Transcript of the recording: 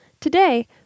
Today